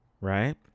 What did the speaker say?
Right